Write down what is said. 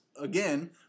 again